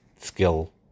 skill